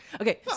Okay